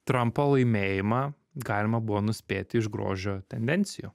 trampo laimėjimą galima buvo nuspėti iš grožio tendencijų